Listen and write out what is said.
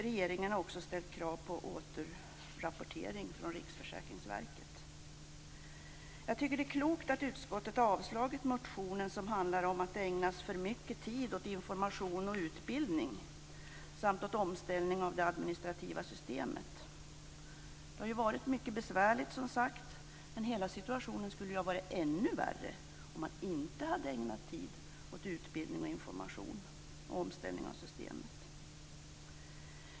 Regeringen har också ställt krav på återrapportering från Jag tycker att det är klokt att utskottet har avstyrkt den motion som handlar om att det ägnas för mycket tid åt information och utbildning samt åt omställning av det administrativa systemet. Det har, som sagt, varit mycket besvärligt men situationen som helhet skulle ha varit ännu värre om man inte hade ägnat tid åt utbildning, information och omställning av systemet.